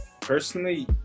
personally